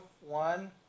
one